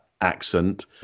accent